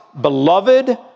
beloved